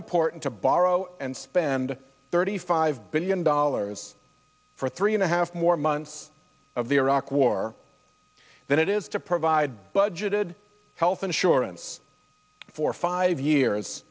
important to borrow and spend thirty five billion dollars for three and a half more months of the iraq war than it is to provide budgeted health insurance for five years